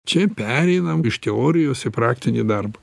čia pereinam iš teorijos į praktinį darbą